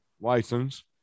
license